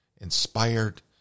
inspired